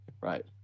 right